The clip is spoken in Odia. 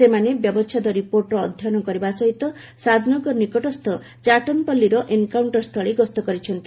ସେମାନେ ବ୍ୟବଚ୍ଛେଦ ରିପୋର୍ଟର ଅଧ୍ୟୟନ କରିବା ସହିତ ସାଦ୍ନଗର ନିକଟସ୍ଥ ଚାଟନ୍ପଲ୍ଲୀର ଏନକାଉଣ୍ଟରସ୍ଥଳୀ ଗସ୍ତ କରିଛନ୍ତି